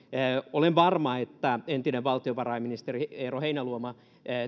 olen varma että entinen valtiovarainministeri eero heinäluoma